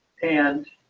and